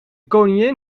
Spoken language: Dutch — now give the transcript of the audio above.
koningin